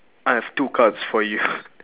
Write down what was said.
I have two cards for you